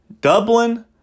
Dublin